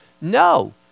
No